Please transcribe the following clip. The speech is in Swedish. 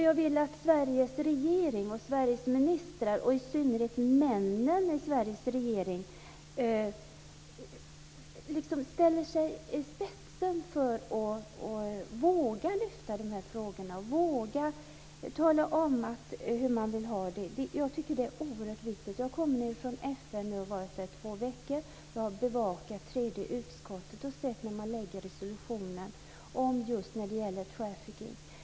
Jag vill att Sveriges regering och Sveriges ministrar, och i synnerhet männen i Sveriges regering, ställer sig i spetsen för detta och vågar lyfta fram de här frågorna och tala om hur man vill ha det. Jag tycker att det är oerhört viktigt. Jag kommer nu från FN efter att ha varit där i två veckor. Jag har bevakat tredje utskottet och sett när man lägger fram resolutioner som just gäller trafficking.